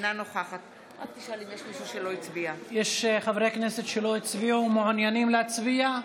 אינה נוכחת יש חברי כנסת שלא הצביעו ומעוניינים להצביע?